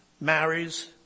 marries